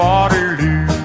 Waterloo